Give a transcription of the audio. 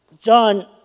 John